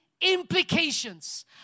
implications